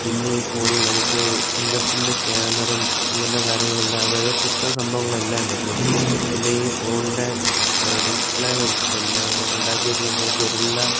പിന്നെ ഈ ഫോണിൽ നമുക്ക് ഫിംഗർ പ്രിൻ്റ് സ്കാനറും അങ്ങനത്തെ കാര്യങ്ങളെല്ലാം അതായത് പുത്തൻ സംഭവങ്ങളെല്ലാം വരുന്നു പിന്നെ ഈ ഫോണിൻ്റെ ഡിസ്പ്ലേ എന്നാൽ ഉണ്ടാക്കി വച്ചിരിക്കുന്നത് ഗോറില്ല